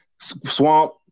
Swamp